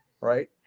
right